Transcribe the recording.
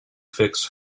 fix